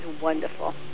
wonderful